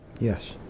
Yes